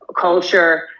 culture